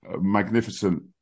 magnificent